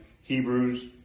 Hebrews